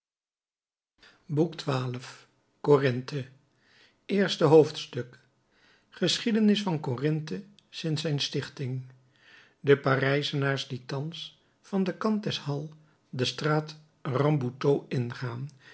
boek xii corinthe eerste hoofdstuk geschiedenis van corinthe sinds zijn stichting de parijzenaars die thans van den kant des halles de straat rambuteau ingaan